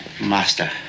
Master